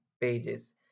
pages